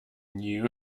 knew